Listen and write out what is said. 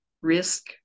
risk